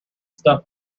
stuff